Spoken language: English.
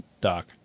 doc